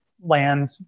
land